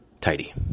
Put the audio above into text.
Tidy